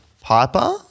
Piper